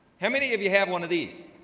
how many of you have one of these?